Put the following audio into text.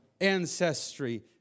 ancestry